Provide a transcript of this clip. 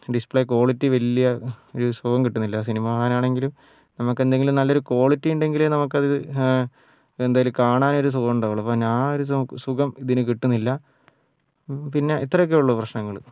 display quality വലിയ ഒരു സുഖം കിട്ടുന്നില്ല സിനിമ കാണാനാണെങ്കിലും നമുക്ക് എന്തെങ്കിലും നല്ലൊരു ക്വാളിറ്റി ഉണ്ടെങ്കിലേ നമുക്കത് എന്തായാലും കാണാൻ ഒരു സുഖം ഉണ്ടാവുള്ളൂ ഇപ്പോൾ ഞാൻ ഒരു സുഖം ഇതിനു കിട്ടുന്നില്ല പിന്നെ ഇത്രയൊക്കെയുള്ളൂ പ്രശ്നങ്ങൾ